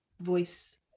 voice